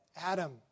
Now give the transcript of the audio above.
Adam